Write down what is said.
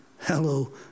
Hello